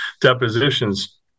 depositions